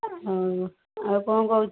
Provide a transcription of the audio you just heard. ହଉ ଆଉ କ'ଣ କହୁଛୁ